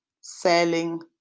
selling